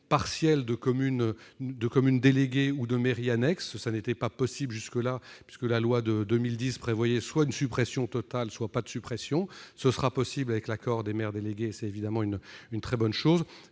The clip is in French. partielle de communes déléguées ou de mairies annexes, ce qui n'était pas possible jusque-là, puisque la loi de 2010 prévoyait soit une suppression totale, soit pas de suppression. Cela sera dorénavant possible avec l'accord des maires délégués, et c'est évidemment une très bonne chose.